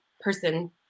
person